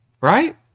Right